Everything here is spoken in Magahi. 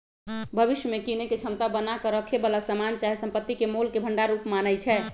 भविष्य में कीनेके क्षमता बना क रखेए बला समान चाहे संपत्ति के मोल के भंडार रूप मानइ छै